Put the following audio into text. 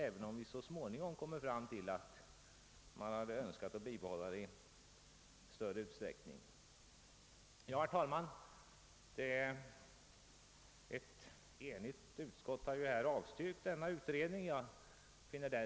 Sedan kommer vi kanske fram till att det varit önskvärt att i större utsträckning bibehålla järnvägslinjerna. Herr talman! Ett enigt utskott har avstyrkt att riksdagen skall begära den utredning vi föreslagit.